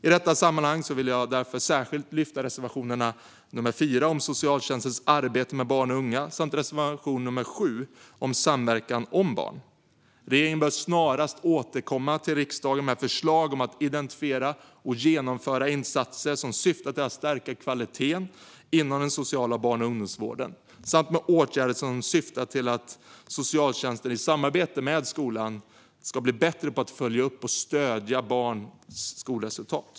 I detta sammanhang vill jag därför särskilt lyfta fram reservation 4 om socialtjänstens arbete med barn och unga samt reservation 7 om samverkan om barn. Regeringen bör snarast återkomma till riksdagen med förslag om att identifiera och genomföra insatser som syftar till att stärka kvaliteten inom den sociala barn och ungdomsvården samt med åtgärder som syftar till att socialtjänsten i samarbete med skolan ska bli bättre på att följa upp och stödja barns skolresultat.